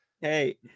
Hey